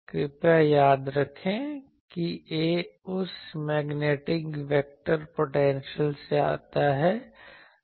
कृपया याद रखें कि A उस मैग्नेटिक वेक्टर पोटेंशियल से आता है